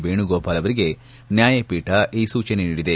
ವೇಣುಗೋಪಾಲ್ ಅವರಿಗೆ ನ್ಯಾಯಪೀಠ ಈ ಸೂಚನೆ ನೀಡಿದೆ